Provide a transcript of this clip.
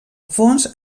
fons